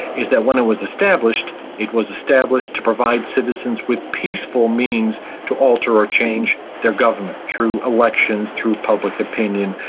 is that when it was established it was established to provide citizens with peaceful means to alter or change their government through elections, through public opinion,